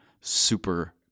super